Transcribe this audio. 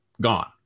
gone